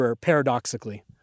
paradoxically